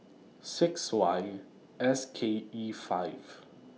six Y S K E five